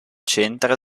centro